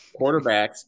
Quarterbacks